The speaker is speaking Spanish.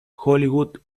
hollywood